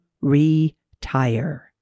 retire